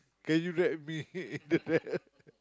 can you drag me in the van